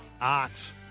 art